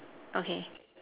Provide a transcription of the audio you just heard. okay